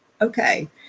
okay